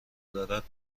دارد